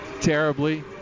Terribly